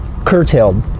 curtailed